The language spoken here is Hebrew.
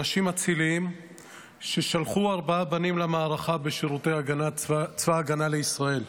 אנשים אציליים ששלחו ארבעה בנים למערכה בשירותי צבא ההגנה לישראל.